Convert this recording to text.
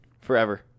Forever